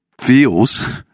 feels